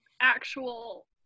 actual